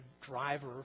driver